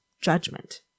judgment